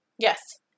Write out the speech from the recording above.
Yes